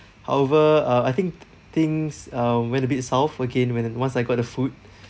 however uh I think things uh went a bit south again when once I got the food